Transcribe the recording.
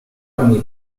anni